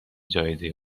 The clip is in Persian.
جایزهی